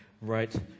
right